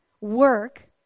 work